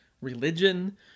religion